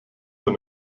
von